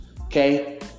Okay